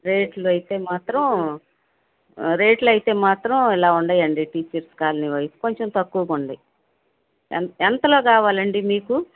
రేట్లు అయితే మాత్రం రేట్లు అయితే మాత్రం ఇలా ఉన్నాయండి టీచర్స్ కాలనీ వైపు కొంచెం తక్కువగా ఉన్నాయి ఎంత ఎంతలో కావాలండి మీకు